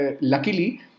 luckily